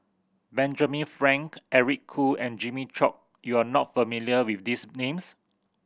Benjamin Frank Eric Khoo and Jimmy Chok you are not familiar with these names